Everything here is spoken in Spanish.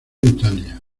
italia